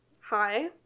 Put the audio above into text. Hi